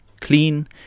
clean